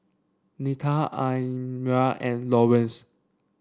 Nita Almyra and Laurence